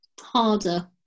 harder